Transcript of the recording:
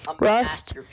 Rust